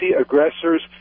aggressors